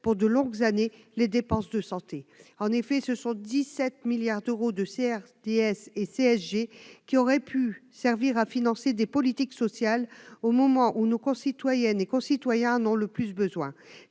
pour de longues années les dépenses de santé. En effet, ce sont 17 milliards d'euros de CRDS et CSG qui auraient pu servir à financer des politiques sociales, au moment où nos concitoyennes et concitoyens en ont le plus besoin.